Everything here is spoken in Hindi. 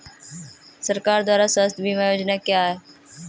सरकार द्वारा स्वास्थ्य बीमा योजनाएं क्या हैं?